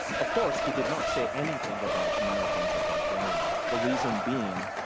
of course he did not say anything about americans or bulgarians, the reason being,